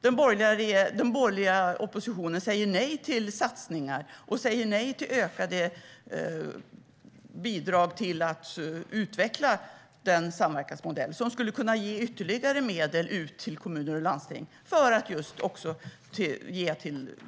Den borgerliga oppositionen säger dock nej till satsningar på och ökade bidrag till att utveckla den samverkansmodell som skulle kunna ge ytterligare medel till kommuner och landsting för att just ge